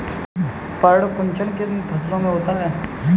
पर्ण कुंचन किन फसलों में होता है?